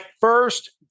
first